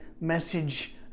message